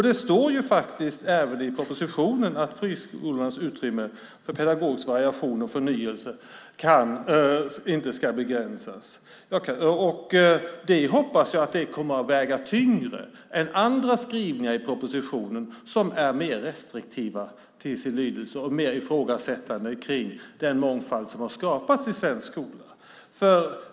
Det står faktiskt även i propositionen att friskolornas utrymme för pedagogisk variation och förnyelse inte ska begränsas. Det hoppas jag kommer att väga tyngre än andra skrivningar i propositionen som är mer restriktiva till sin lydelse och mer ifrågasättande kring den mångfald som har skapats i svensk skola.